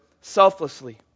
selflessly